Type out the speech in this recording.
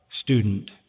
student